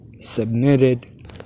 submitted